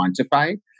quantified